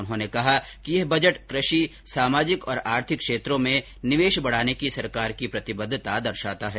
उन्होंने कहा कि यह बजट कृषि सामाजिक और आर्थिक क्षेत्रों में निवेश बढ़ाने की सरकार की प्रतिबद्धता दर्शाता है